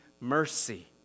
mercy